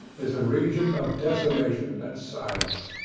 is a region of desolation and silence.